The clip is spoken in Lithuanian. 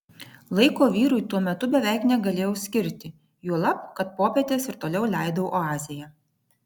laiko vyrui tuo metu beveik negalėjau skirti juolab kad popietes ir toliau leidau oazėje